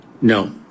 No